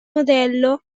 modello